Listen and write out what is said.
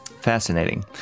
Fascinating